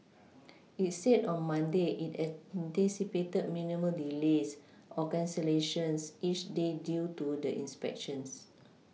it said on Monday it anticipated minimal delays or cancellations each day due to the inspections